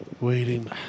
Waiting